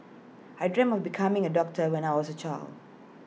I dreamt of becoming A doctor when I was A child